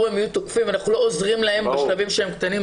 הם יהיו תוקפים ואנחנו לא עוזרים להם בשלבים שהם קטנים.